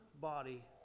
body